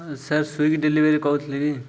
sir Swiggy delivery କହୁଥିଲଥିଲେ କି